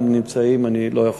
אם יש הצתה,